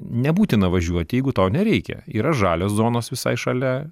nebūtina važiuoti jeigu tau nereikia yra žalios zonos visai šalia